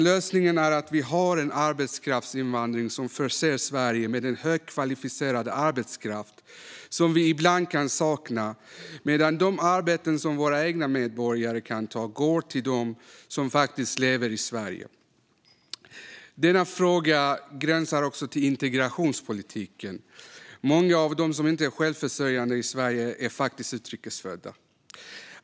Lösningen är i stället att vi har en arbetskraftsinvandring som förser Sverige med den högkvalificerade arbetskraft som vi ibland kan sakna medan de arbeten som våra egna medborgare kan ta går till dem som faktiskt lever i Sverige. Denna fråga gränsar också till integrationspolitiken. Många av dem som inte är självförsörjande i Sverige är faktiskt utrikes födda.